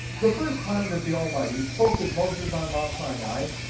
the first time that the almighty spoke with moses on mount sinai,